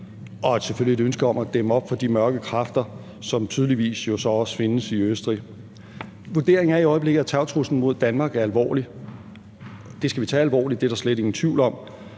og selvfølgelig et ønske om at dæmme op for de mørke kræfter, som jo tydeligvis også findes i Østrig. Vurderingen er i øjeblikket, at terrortruslen mod Danmark er alvorlig. Det skal vi tage alvorligt; det er der slet ingen tvivl om.